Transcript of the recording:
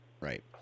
Right